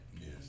Yes